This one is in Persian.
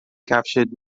کفشت